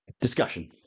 discussion